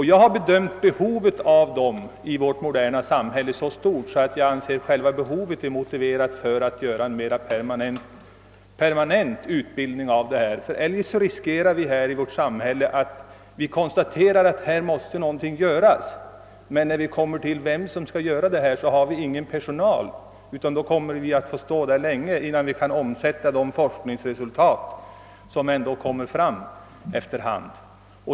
Jag har bedömt detta behov som så stort i vårt moderna samhälle att jag anser det är motiverat med en mera permanent utbildning. Eljest riskerar vi — efter att ha konstaterat att någonting måste göras — att inte veta vem som skall ta hand om uppgifterna. Vi får alltså vänta länge på att i praktiskt handlande omsätta de forskningsresultat som kommer fram efter hand.